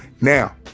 now